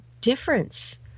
difference